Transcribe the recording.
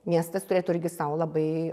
miestas turėtų irgi sau labai